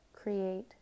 create